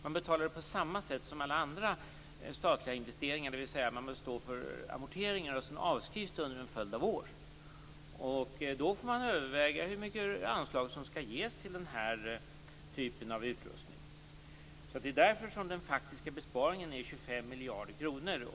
Man betalar det på samma sätt som alla andra statliga investeringar, dvs. man får stå för amorteringar och sedan avskrivs det under en följd av år. Då får man överväga hur mycket anslag som skall ges till den här typen av utrustning. Det är därför som den faktiska besparingen är 25 miljoner kronor.